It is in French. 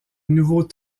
nouveau